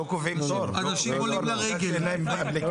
אנשים פשוט עולים לרגל.